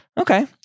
Okay